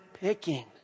picking